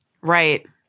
Right